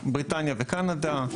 בריטניה וקנדה.